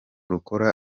rukora